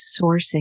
sourcing